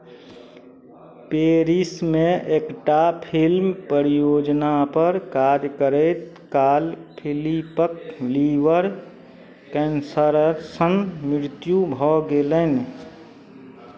पेरिसमे एक टा फिल्म प्रयोजनापर काज करैत काल फिलिपक लीवर कैंसरसँ मृत्यु भऽ गेलनि